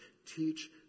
Teach